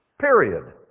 Period